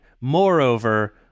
moreover